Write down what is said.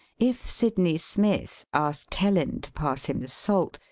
if sidney smith asked helen to pass him the salt,